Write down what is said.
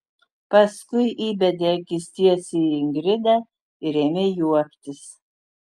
paskui įbedė akis tiesiai į ingridą ir ėmė juoktis